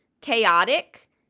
chaotic